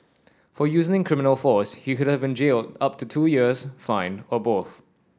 for using criminal force he could have been jailed up to two years fined or both